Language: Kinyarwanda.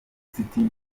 city